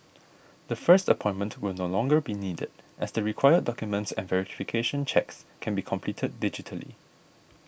the first appointment will no longer be needed as the required documents and verification checks can be completed digitally